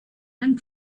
and